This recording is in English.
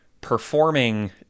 Performing